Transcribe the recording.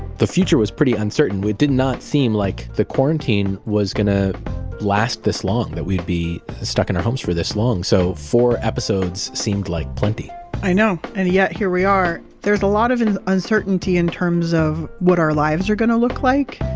the future was pretty uncertain. it did not seem like the quarantine was going to last this long, that we'd be stuck in our homes for this long. so four episodes seemed like plenty i know, and yet here we are. there's a lot of uncertainty in terms of what our lives are going to look like.